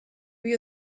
lui